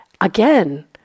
again